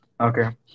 Okay